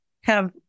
have-